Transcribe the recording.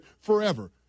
forever